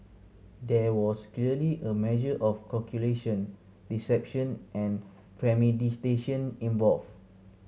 there was clearly a measure of calculation deception and involved